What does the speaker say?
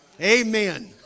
Amen